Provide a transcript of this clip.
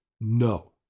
No